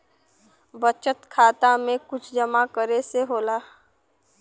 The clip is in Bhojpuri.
बचत खाता मे कुछ जमा करे से होला?